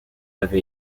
avaient